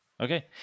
Okay